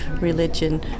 religion